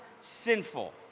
sinful